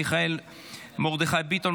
מיכאל מרדכי ביטון,